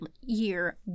year